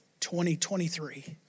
2023